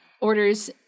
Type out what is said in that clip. orders